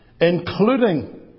including